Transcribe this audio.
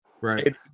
right